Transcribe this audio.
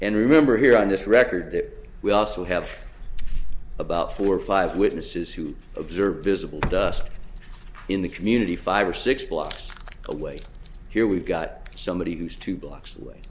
and remember here on this record we also have about four or five witnesses who observed visible dust in the community five or six blocks away here we've got somebody who's two blocks away